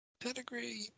pedigree